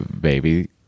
Baby